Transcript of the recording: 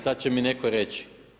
Sad će mi netko reći.